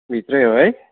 भित्रै हो है